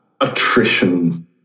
attrition